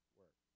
work